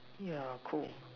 yeah cool